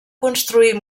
construir